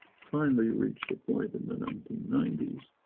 finally reach the point in the nineteen ninety s.